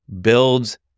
builds